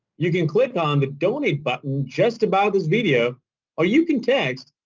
you can click on the donate button just above this video or you can text